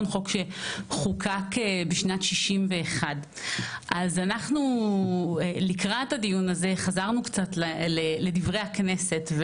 שחוקק בשנת 1961. לקראת הדיון חזרנו קצת לדברי הכנסת.